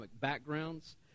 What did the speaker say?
backgrounds